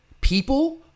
People